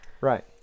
Right